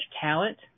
talent